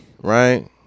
right